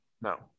No